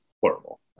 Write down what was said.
horrible